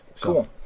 cool